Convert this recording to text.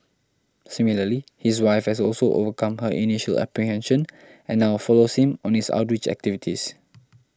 similarly his wife has also overcome her initial apprehension and now follows him on his outreach activities